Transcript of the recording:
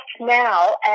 now